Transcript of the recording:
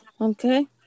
Okay